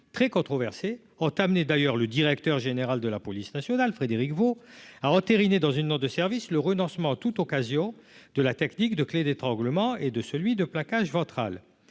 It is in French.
très ont d'ailleurs le directeur général de la police nationale, Frédéric Veaux a entériné, dans une note de service, le renoncement à toute occasion de la tactique de clé d'étranglement et de celui de plaquage ventral